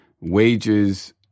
wages